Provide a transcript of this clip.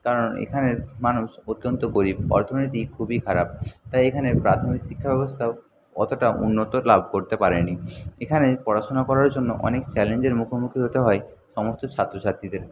কারণ এখানের মানুষ অত্যন্ত গরিব অর্থনীতি খুবই খারাপ তাই এখানের প্রাথমিক শিক্ষা ব্যবস্থাও অতটা উন্নত লাভ করতে পারে নি এখানে পড়াশুনো করার জন্য অনেক চ্যালেঞ্জের মুখোমুখি হতে হয় সমস্ত ছাত্রছাত্রীদের